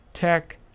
tech